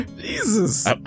Jesus